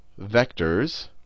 vectors